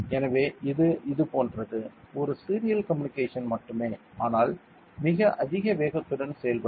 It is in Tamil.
எனவே இது போன்றது ஒரு சீரியல் கம்யூனிகேஷன் மட்டுமே ஆனால் மிக அதிக வேகத்துடன் செயல்படும்